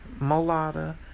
Molada